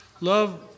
love